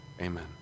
Amen